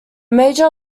major